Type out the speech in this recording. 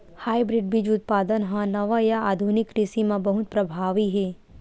hybrid बीज उत्पादन हा नवा या आधुनिक कृषि मा बहुत प्रभावी हे